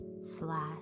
slash